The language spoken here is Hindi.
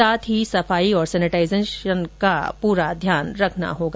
साथ ही सफाई और सैनेटाइजेशन का ध्यान रखना होगा